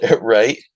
right